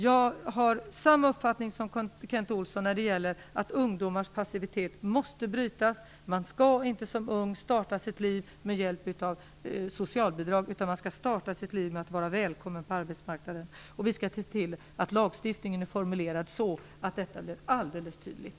Jag har samma uppfattning som Kent Olsson när det gäller att ungdomars passivitet måste brytas. Man skall inte som ung starta sitt liv med hjälp av socialbidrag. Man skall starta sitt liv med att vara välkommen på arbetsmarknaden. Vi skall se till att lagstiftningen blir formulerad så att detta blir helt tydligt.